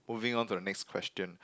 moving on to the next question